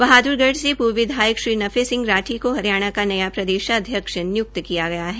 बहाद्गढ़ से पूर्व विधायक श्री नफे सिंह राठी को हरियाणा का नया प्रदेशाध्यक्ष निय्क्त किया गया है